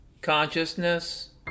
consciousness